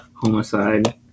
homicide